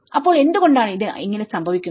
അപ്പോൾ എന്തുകൊണ്ടാണ് ഇത് ഇങ്ങനെ സംഭവിക്കുന്നത്